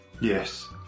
Yes